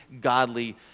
godly